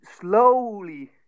slowly